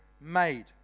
made